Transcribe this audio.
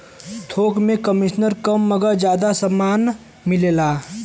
थोक में कमिसन कम मगर जादा समान मिलेला